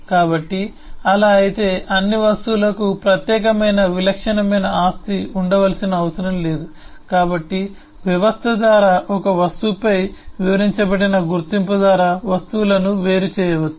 కాబట్టి అలా అయితే అన్ని వస్తువులకు ప్రత్యేకమైన విలక్షణమైన ఆస్తి ఉండవలసిన అవసరం లేదు కాబట్టి వ్యవస్థ ద్వారా ఒక వస్తువుపై వివరించబడిన గుర్తింపు ద్వారా వస్తువులను వేరు చేయవచ్చు